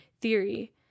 theory